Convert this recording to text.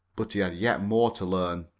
but he had yet more to learn.